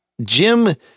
Jim